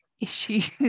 issues